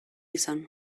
izan